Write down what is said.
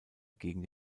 gegen